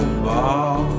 ball